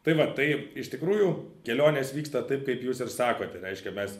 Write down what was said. tai va tai iš tikrųjų kelionės vyksta taip kaip jūs ir sakote reiškia mes